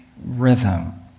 Rhythm